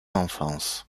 enfance